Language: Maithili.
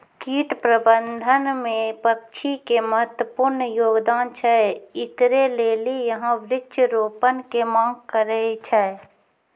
कीट प्रबंधन मे पक्षी के महत्वपूर्ण योगदान छैय, इकरे लेली यहाँ वृक्ष रोपण के मांग करेय छैय?